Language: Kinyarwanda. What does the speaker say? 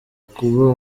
kuba